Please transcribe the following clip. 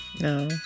No